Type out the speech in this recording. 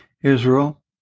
Israel